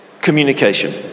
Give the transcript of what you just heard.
Communication